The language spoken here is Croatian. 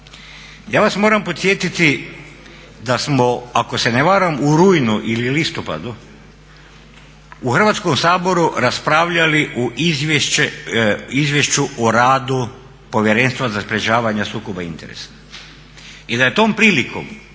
Ja vas moram podsjetiti da smo, ako se ne varam, u rujnu ili listopadu u Hrvatskom saboru raspravljali o Izvješću o radu Povjerenstva za sprečavanje sukoba interesa i da je tom prilikom